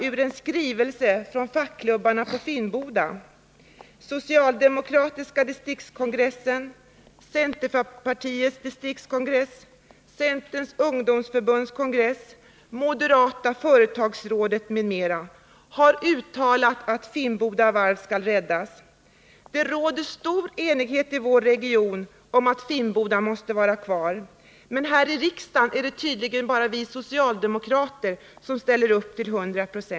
I en skrivelse från fackklubbarna på Finnboda nämns uttalanden från den socialdemokratiska distriktskongressen, centerpartiets distriktskongress, centerns ungdomsförbunds kongress, moderata företagarrådet m.fl. Det råder stor enighet i vår region om att Finnboda Varf måste vara kvar, men här i riksdagen är det tydligen bara vi socialdemokrater som ställer upp till 100 9.